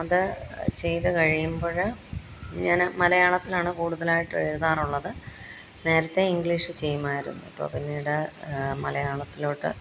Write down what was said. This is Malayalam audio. അത് ചെയ്തു കഴിയുമ്പോൾ ഞാൻ മലയാളത്തിലാണ് കൂടുതലായിട്ട് എഴുതാറുള്ളത് നേരത്തെ ഇംഗ്ലീഷിൽ ചെയ്യുമായിരുന്നു ഇപ്പോൾ പിന്നീട് മലയാളത്തിലോട്ട്